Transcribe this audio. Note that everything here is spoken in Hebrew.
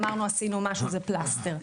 אמרנו עשינו משהו זה פלסטר.